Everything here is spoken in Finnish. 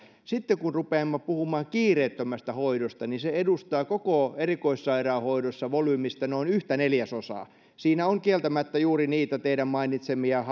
sitten kun rupeamme puhumaan kiireettömästä hoidosta niin se edustaa koko erikoissairaanhoidossa volyymistä noin yhtä neljäsosaa siinä on kieltämättä juuri niitä teidän mainitsemianne